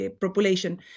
population